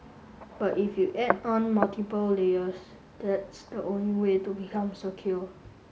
but if you add on multiple layers that's the only way to become secure